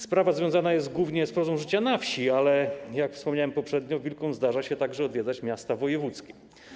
Sprawa związana jest głównie z prozą życia na wsi, ale jak wspomniałem poprzednio, wilkom zdarza się także odwiedzać miasta wojewódzkie.